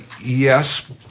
Yes